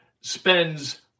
spends